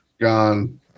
gone